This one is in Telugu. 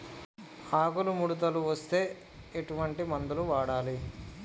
ఆకులు ముడతలు వస్తే ఎటువంటి మందులు వాడాలి?